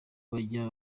bajya